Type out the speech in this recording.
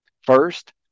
First